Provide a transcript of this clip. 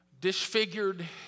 disfigured